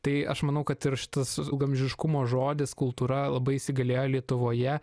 tai aš manau kad ir šitas ilgaamžiškumo žodis kultūra labai įsigalėjo lietuvoje